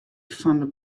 fan